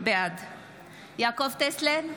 בעד יעקב טסלר,